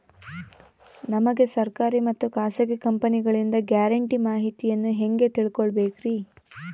ನಮಗೆ ಸರ್ಕಾರಿ ಮತ್ತು ಖಾಸಗಿ ಕಂಪನಿಗಳಿಂದ ಗ್ಯಾರಂಟಿ ಮಾಹಿತಿಯನ್ನು ಹೆಂಗೆ ತಿಳಿದುಕೊಳ್ಳಬೇಕ್ರಿ?